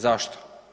Zašto?